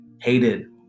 hated